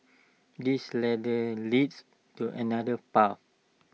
this ladder leads to another path